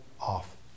off